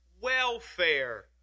welfare